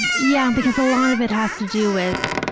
yeah, because a lot of it has to do with